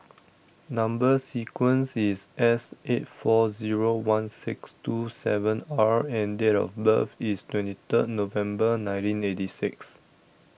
Number Sequence is S eight four zero one six two seven R and date of birth is twenty third November nineteen eighty six